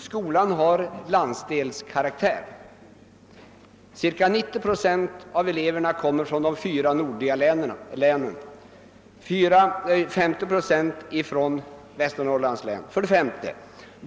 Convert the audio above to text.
Skolan har landsdelskaraktär. Cirka 90 procent av eleverna kommer från de fyra nordliga länen, och 50 procent från Västernorrlands län. 5.